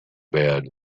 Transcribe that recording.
bed